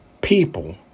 people